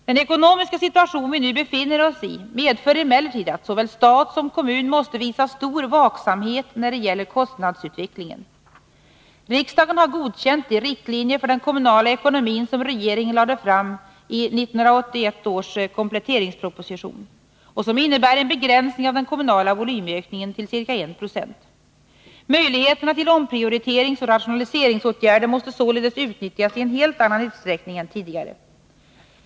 Den ekonomiska situation vi nu befinner oss i medför emellertid att såväl stat som kommun måste visa stor vaksamhet när det gäller kostnadsutvecklingen. Riksdagen har godkänt de riktlinjer för den kommunala ekonomin som regeringen lade fram i 1981 års kompletteringsproposition och som innebär en begränsning av den kommunala volymökningen till ca 190. Möjligheterna till omprioriteringsoch rationaliseringsåtgärder måste således utnyttjas i en helt annan utsträckning än tidigare.